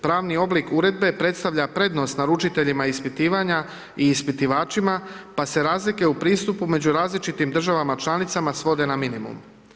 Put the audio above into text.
Pravi oblik uredbe predstavlja prednost naručiteljima ispitivanja i ispitivačima, pa se razlike u pristupu među različitim državama članica svode na minimum.